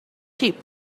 sheep